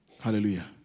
Hallelujah